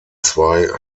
zwei